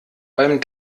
beim